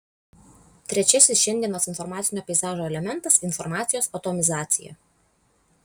trečiasis šiandienos informacinio peizažo elementas informacijos atomizacija